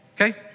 Okay